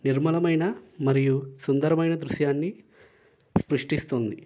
నిర్మలమైన మరియు సుందరమైన దృశ్యాన్ని సృష్టిస్తుంది